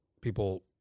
people